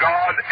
God